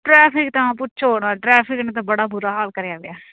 traffic ਤਾਂ ਪੁੱਛੋ ਨਾ ਟਰੈਫਿਕ ਤਾਂ ਬੜਾ ਬੁਰਾ ਹਾਲ ਕਰਿਆ ਪਿਆ